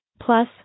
Plus